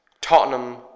Tottenham